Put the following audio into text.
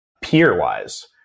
peer-wise